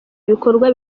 bikorwa